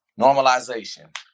Normalization